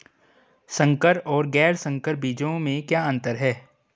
संकर और गैर संकर बीजों में क्या अंतर है?